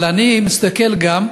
אבל אני מסתכל גם,